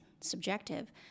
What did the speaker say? subjective